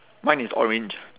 mine is orange